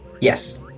Yes